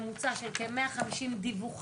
היה ממוצע של כ-150 דיווחים.